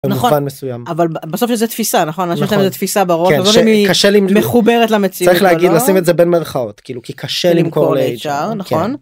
נכון מסוים אבל בסוף זה תפיסה נכון תפיסה בריאות קשה לי מחוברת למציאות להגיד לשים את זה בין מרכאות כאילו כי קשה למכור לאייצ' אר.